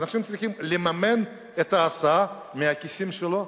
אנשים צריכים לממן את ההסעה מהכיסים שלהם?